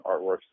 artworks